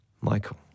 Michael